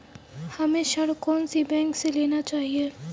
हमें ऋण कौन सी बैंक से लेना चाहिए?